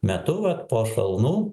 metu vat po šalnų